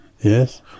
Yes